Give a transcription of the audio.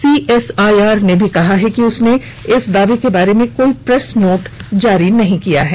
CSIR ने भी कहा है कि उसने इस दावे के बारे में कोई प्रेस नोट जारी नहीं किया है